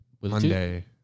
Monday